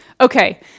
Okay